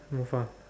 move ah